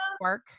spark